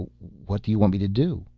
what do you want me to do?